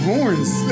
Horns